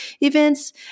events